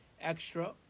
extra